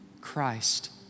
Christ